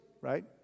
right